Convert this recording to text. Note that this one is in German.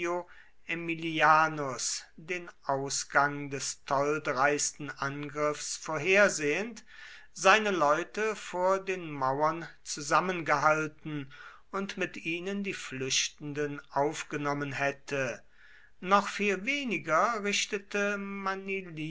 aemilianus den ausgang des tolldreisten angriffs vorhersehend seine leute vor den mauern zusammengehalten und mit ihnen die flüchtenden aufgenommen hätte noch viel weniger richtete